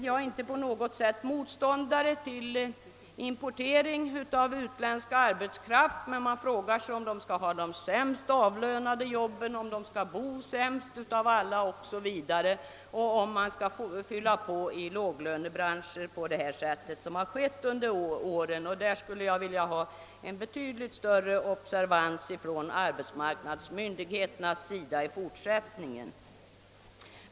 Jag är inte på något sätt motståndare till importering av utländsk arbetskraft, men man frågar sig, om den skall ha de sämst avlönade jobben, om dessa människor skall bo sämst av alla o. s. v., och om man skall fylla på i låglönebranscher på det sätt som hittills har skett. Därvidlag skulle jag vilja ha en betydligt större observans från arbetsmarknadsmyndigheternas sida i fortsättningen.